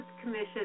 commission